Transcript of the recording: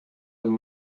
him